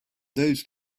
those